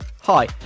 Hi